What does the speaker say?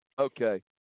Okay